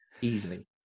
Easily